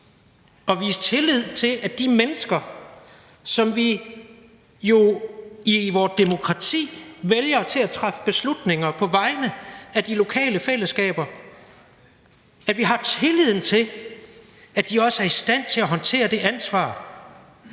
tør vise tillid til de mennesker, som vi jo i vores demokrati vælger til at træffe beslutninger på vegne af de lokale fællesskaber; at vi har tilliden til, at de også er i stand til at håndtere det ansvar.